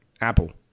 apple